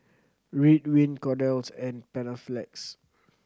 Ridwind Kordel's and Panaflex